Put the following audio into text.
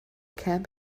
camp